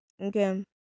okay